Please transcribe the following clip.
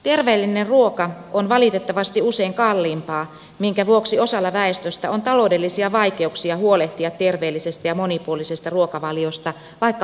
terveellinen ruoka on valitettavasti usein kalliimpaa minkä vuoksi osalla väestöstä on taloudellisia vaikeuksia huolehtia terveellisestä ja monipuolisesta ruokavaliosta vaikka haluaisikin